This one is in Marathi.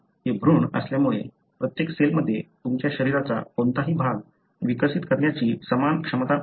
हे भ्रूण असल्यामुळे प्रत्येक सेलमध्ये तुमच्या शरीराचा कोणताही भाग विकसित करण्याची समान क्षमता असते